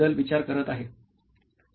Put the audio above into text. मी त्याबद्दल विचार करत आहे